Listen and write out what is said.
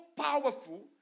powerful